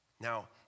Now